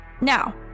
Now